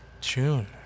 June